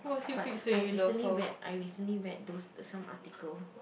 but I recently read I recently read those the some article